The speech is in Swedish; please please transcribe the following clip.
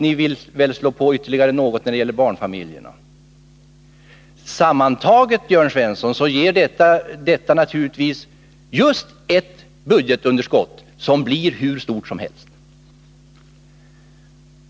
Ni vill väl dessutom späda på ytterligare när det gäller barnfamiljerna. Sammantaget, Jörn Svensson, ger detta ett budgetunderskott som kan bli hur stort som helst.